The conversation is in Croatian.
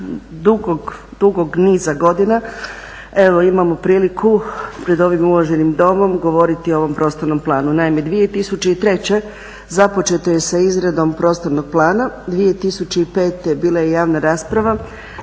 dugog niza godina evo imamo priliku pred ovim uvaženim domom govoriti o ovom prostornom planu.